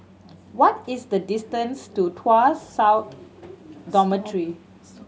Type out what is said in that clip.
what is the distance to Tuas South Dormitory